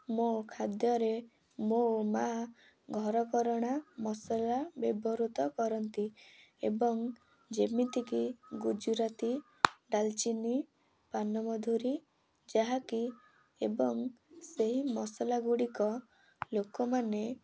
ମୋ ଖାଦ୍ୟରେ ମୋ ମାଆ ଘରକରଣା ମସଲା ବ୍ୟବହୃତ କରନ୍ତି ଏବଂ ଯେମିତିକି ଗୁଜୁରାତି ଡାଲ୍ଚିନି ପାନମଧୁରି ଯାହାକି ଏବଂ ସେହି ମସଲାଗୁଡ଼ିକ ଲୋକମାନେ